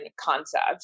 concept